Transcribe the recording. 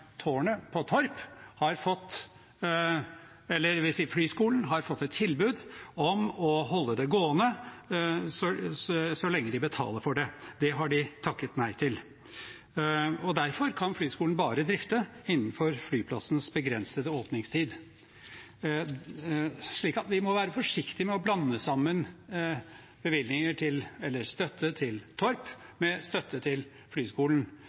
Flyskolen har fått et tilbud om å holde det gående så lenge de betaler for det. Det har de takket nei til. Derfor kan flyskolen bare drifte innenfor flyplassens begrensede åpningstid. Så vi må være forsiktige med å blande sammen støtte til Torp med støtte til flyskolen, men vi skal fortsette å presse statsråden. 74,2 mill. kr holder antagelig til